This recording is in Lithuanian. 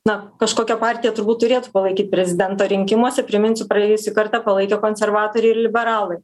na kažkokią partiją turbūt turėtų palaikyt prezidento rinkimuose priminsiu praėjusį kartą palaikė konservatoriai ir liberalai